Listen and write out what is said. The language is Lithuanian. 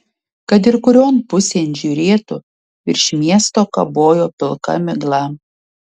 kad ir kurion pusėn žiūrėtų virš miesto kabojo pilka migla